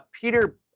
Peter